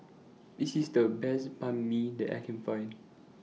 This IS The Best Banh MI that I Can Find